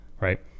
right